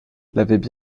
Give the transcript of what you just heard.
l’avaient